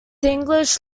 english